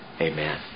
Amen